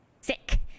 Sick